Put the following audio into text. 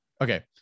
Okay